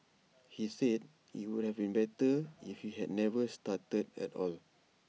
he said IT would have been better if he had never started at all